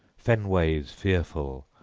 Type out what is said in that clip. fenways fearful,